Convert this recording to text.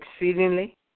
exceedingly